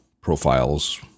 profiles